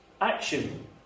action